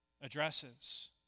addresses